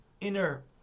inner